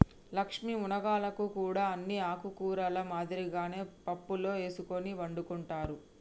లక్ష్మీ మునగాకులను కూడా అన్ని ఆకుకూరల మాదిరిగానే పప్పులో ఎసుకొని వండుకుంటారు